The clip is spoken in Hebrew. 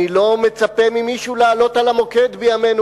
אני לא מצפה ממישהו לעלות על המוקד בימינו